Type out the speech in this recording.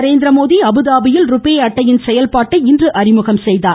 நரேந்திரமோடி அபுதாபியில் ரூபே அட்டையின் செயல்பாட்டை இன்று அறிமுகம் செய்கார்